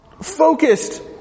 Focused